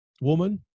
woman